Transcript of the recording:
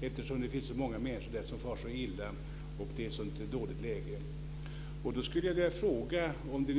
eftersom det finns så många människor som far så illa och läget är så dåligt där. Då skulle jag vilja ställa en fråga.